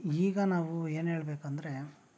ಈಗ ನಾವು ಏನು ಹೇಳಬೇಕಂದ್ರೆ